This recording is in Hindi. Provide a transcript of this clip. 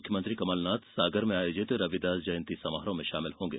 मुख्यमंत्री कमलनाथ सागर में आयोजित रविदास जयंती समारोह में शामिल होंगे